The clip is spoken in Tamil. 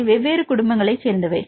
அவை வெவ்வேறு குடும்பங்களைச் சேர்ந்தவை